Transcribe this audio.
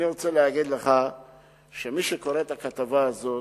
אני רוצה להגיד לך שמי שקורא את הכתבה הזאת,